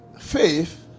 faith